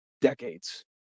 decades